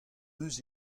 eus